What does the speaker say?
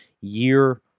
year